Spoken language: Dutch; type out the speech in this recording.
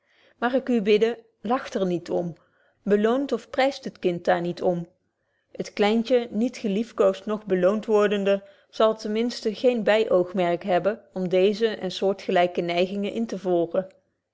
mag ik u bidden lagt er niet om beloont of pryst het kind daar niet om het kleintje niet geliefkoosd noch beloond wordende zal ten minsten geen by oogmerk hebben om deeze en zoortgelyke neigingen in te volgen